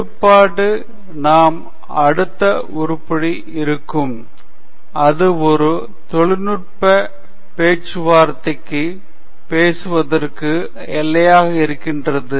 கட்டுப்பாட்டு நாம் அடுத்த உருப்படி இருக்கும் அது ஒரு தொழில்நுட்ப பேச்சுவார்த்தைக்கு பேசுவதற்கு எல்லையாக இருக்கிறது